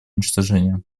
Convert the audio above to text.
уничтожения